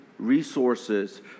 resources